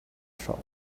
shop